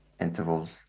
intervals